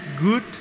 good